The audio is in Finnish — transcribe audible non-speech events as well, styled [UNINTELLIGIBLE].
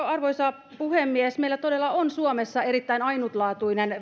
[UNINTELLIGIBLE] arvoisa puhemies meillä todella on suomessa erittäin ainutlaatuinen